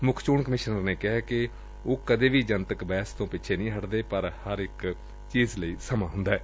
ਮੁੱਖ ਚੋਣ ਕਮਿਸ਼ਨਰ ਨੇ ਕਿਹੈ ਕਿ ਉਹ ਕਦੇ ਵੀ ਜਨਤਕ ਬਹਿਸ ਤੋ ਪਿੱਛੇ ਨਹੀ ਹਟਦੇ ਪਰ ਹਰ ਇੱਕ ਚੀਜ ਲੀ ਸਮਾਂ ਹੁੰਦੈ